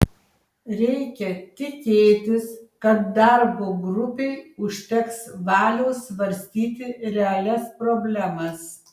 reikia tikėtis kad darbo grupei užteks valios svarstyti realias problemas